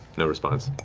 no response.